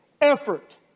effort